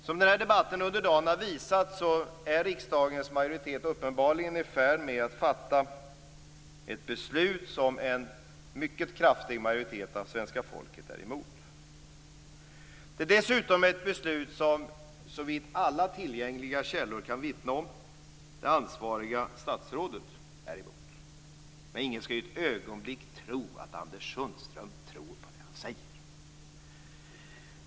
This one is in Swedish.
Som den här debatten under dagen har visat är riksdagens majoritet uppenbarligen i färd med att fatta ett beslut som en mycket kraftig majoritet av svenska folket är emot. Det är dessutom ett beslut som, vilket alla tillgängliga källor kan vittna om, det ansvariga statsrådet är emot. Ingen skall ett ögonblick tro att Anders Sundström tror på det han säger.